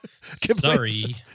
Sorry